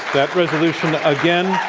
that resolution, again,